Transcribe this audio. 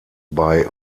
bei